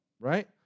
right